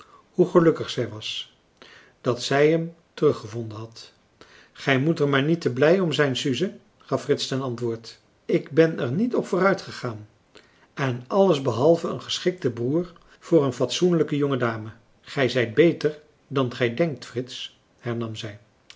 hoe gelukkig zij was dat zij hem teruggevonden had gij moet er maar niet te blij om zijn suze gaf frits ten antwoord ik ben er niet op vooruitgegaan en alles behalve een geschikte broer voor een fatsoenlijke jonge dame gij zijt beter dan gij denkt frits hernam zij